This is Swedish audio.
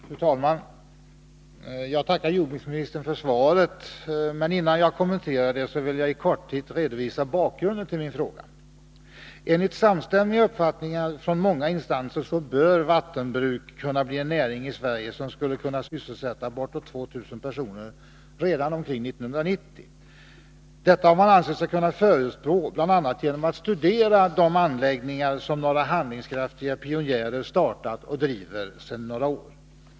Fru talman! Jag tackar jordbruksministern för svaret, men innan jag kommenterar det vill jag i korthet redovisa bakgrunden till min fråga. Enligt samstämmiga uppfattningar från många instanser bör vattenbruk kunna bli en näring i Sverige som skulle kunna sysselsätta bortåt 2 000 personer redan omkring 1990. Detta har man ansett sig kunna förutspå, bl.a. genom att studera de anläggningar som några handlingskraftiga pionjärer startat och driver sedan några år tillbaka.